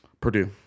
Purdue